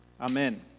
Amen